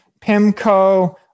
PIMCO